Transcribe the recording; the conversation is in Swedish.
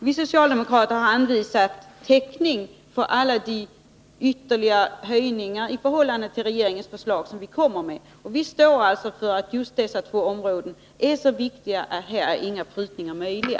Vi socialdemokrater har anvisat täckning för alla de ytterligare höjningar i förhållande till regeringens förslag som vi förordar. Vi står alltså för uppfattningen att just dessa två områden är så viktiga att inga prutningar är möjliga.